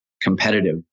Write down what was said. competitive